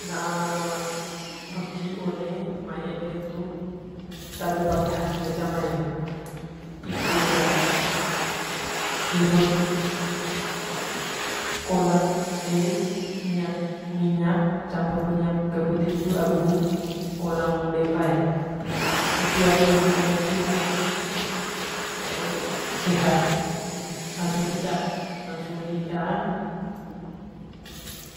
Naa weki one mai weki one mia ember hitu ite ga hirup kolang de miinyak minyyak ampur minya kayu puti hitu agu kolang de wae hitu aku laing hitu langsung sehat langsung dia'a lansung dia'a